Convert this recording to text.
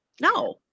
No